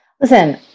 Listen